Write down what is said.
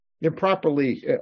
improperly